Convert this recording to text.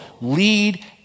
lead